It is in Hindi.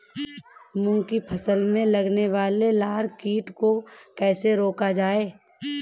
मूंग की फसल में लगने वाले लार कीट को कैसे रोका जाए?